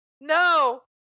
no